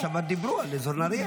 בשבוע שעבר דיברו על אזור נהריה.